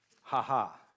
Ha-ha